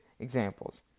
Examples